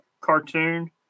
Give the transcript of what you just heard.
cartoon